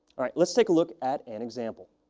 all right. let's take a look at an example.